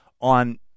on